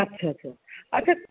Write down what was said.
আচ্ছা আচ্ছা আচ্ছা